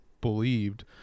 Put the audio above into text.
believed